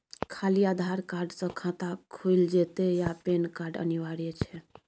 खाली आधार कार्ड स खाता खुईल जेतै या पेन कार्ड अनिवार्य छै?